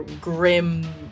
grim